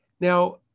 Now